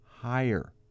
Higher